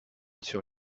sur